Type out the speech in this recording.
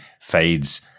fades